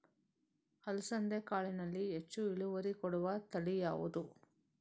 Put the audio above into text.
ಅಲಸಂದೆ ಕಾಳಿನಲ್ಲಿ ಹೆಚ್ಚು ಇಳುವರಿ ಕೊಡುವ ತಳಿ ಯಾವುದು?